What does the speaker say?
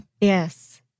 Yes